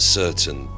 certain